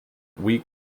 weak